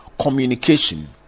communication